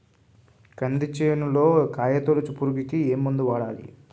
కంది చేనులో కాయతోలుచు పురుగుకి ఏ మందు వాడాలి?